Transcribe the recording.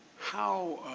how